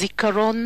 הזיכרון